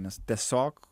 nes tiesiog